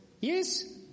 Yes